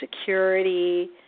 security